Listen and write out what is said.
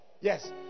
Yes